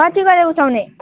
कति गरेर उठाउने